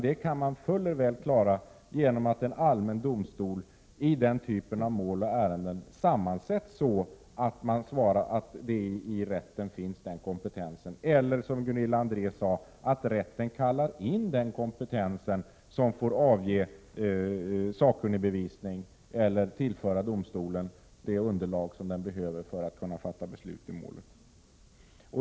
Detta problem kan klaras genom att en allmän domstol i den typen av ärenden sammansätts så att i rätten finns den kompetensen eller, som Gunilla André sade, att rätten kallar in sådan kompetens, som får avge sakkunnigbevisning eller ge det underlag domstolen behöver för att kunna fatta beslut.